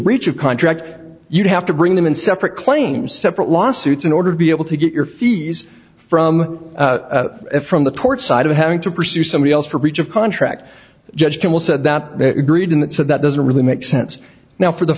breach of contract you'd have to bring them in separate claims separate lawsuits in order to be able to get your fees from from the port side of having to pursue somebody else for breach of contract judge kimmel said that agreed in that so that doesn't really make sense now for the